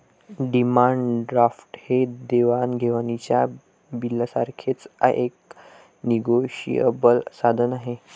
demand draft हे देवाण घेवाणीच्या बिलासारखेच एक निगोशिएबल साधन आहे